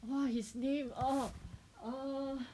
!wah! his name err err